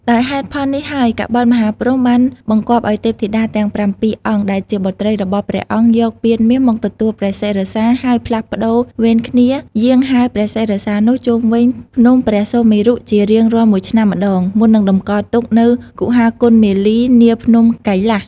ដោយហេតុផលនេះហើយ កបិលមហាព្រហ្មបានបង្គាប់ឲ្យ ទេពធីតាទាំងប្រាំពីរអង្គ ដែលជាបុត្រីរបស់ព្រះអង្គ យកពានមាសមកទទួលព្រះសិរសា ហើយផ្លាស់ប្ដូរវេនគ្នាយាងហែព្រះសិរសានោះជុំវិញភ្នំព្រះសុមេរុជារៀងរាល់ ១ ឆ្នាំម្ដង មុននឹងតម្កល់ទុកនៅគុហាគន្ធមាលី នាភ្នំកៃលាស។